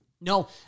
no